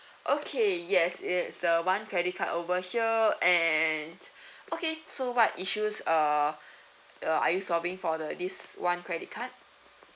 okay yes it's the one credit card over here and okay so what issues uh the are you sobbing for the this one credit card